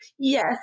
Yes